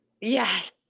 Yes